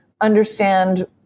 understand